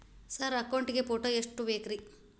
Sir account ಗೇ ಎಷ್ಟು photo ಬೇಕ್ರಿ?